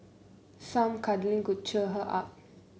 some cuddling could cheer her up